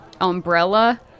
umbrella